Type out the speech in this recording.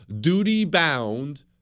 duty-bound